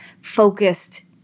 focused